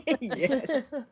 yes